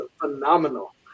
phenomenal